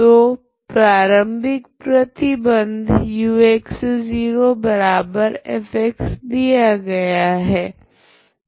तो प्रारम्भिक प्रतिबंध ux0f दी गई है